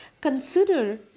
consider